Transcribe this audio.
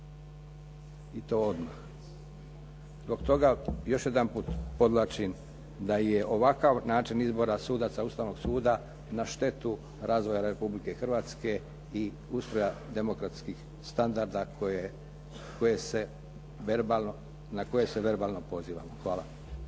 i to odmah. Zbog toga, još jedanput podvlačim, da je ovakav način izbora sudaca Ustavnog suda na štetu razvoja Republike Hrvatske i ustroja demokratskih standarda na koje se verbalno pozivamo. Hvala.